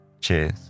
Cheers